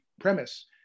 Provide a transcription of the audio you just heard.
premise